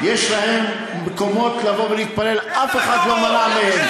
הם פחות יהודים ממך?